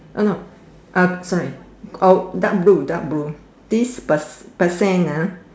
uh no up sorry oh dark blue dark blue this per~ percent ah